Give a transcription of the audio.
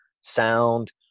sound